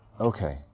Okay